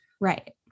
Right